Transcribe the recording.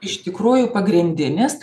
iš tikrųjų pagrindinis